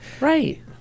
Right